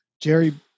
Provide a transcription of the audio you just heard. Jerry